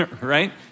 right